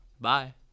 Bye